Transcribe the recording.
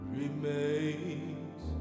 remains